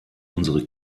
unsere